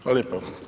Hvala lijepo.